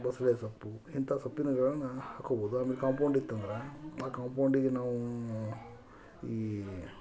ಬಸಳೆ ಸೊಪ್ಪು ಇಂಥ ಸೊಪ್ಪಿನ ಗಿಡಗಳನ್ನು ಹಾಕ್ಕೊಬೋದು ಆಮೇಲೆ ಕಾಂಪೌಂಡ್ ಇತ್ತಂದ್ರೆ ಆ ಕಾಂಪೌಂಡಿಗೆ ನಾವು ಈ